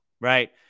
right